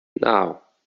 naŭ